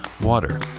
water